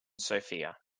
sophia